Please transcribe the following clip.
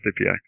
API